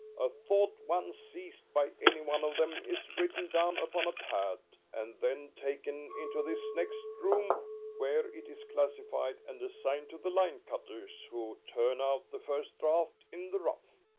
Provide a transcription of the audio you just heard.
a thought once seized by any one of them is written down upon a pad, and then taken into this next room where it is classified and assigned to the line cutters who turn out the first draft in the rough.